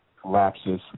collapses